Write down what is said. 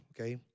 okay